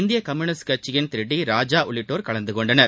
இந்திய கம்யூனிஸ்ட் கட்சியின் திரு டி ராஜா உள்ளிட்டோர் கலந்து கொண்டனர்